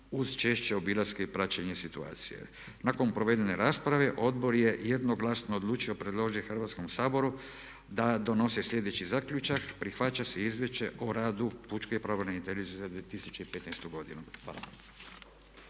uz češće obilaske i praćenje situacije. Nakon provedene rasprave odbor je jednoglasno odlučio predložiti Hrvatskom saboru da donese sljedeći zaključak: Prihvaća se izvješće o radu pučke pravobraniteljice za 2015. godinu.